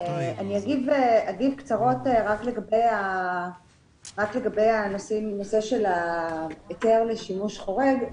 אני אגיב קצרות רק לגבי הנושא של ההיתר לשימוש חורג.